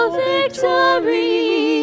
victory